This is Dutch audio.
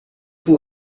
voel